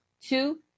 Two